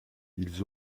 ils